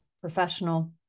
professional